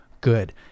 good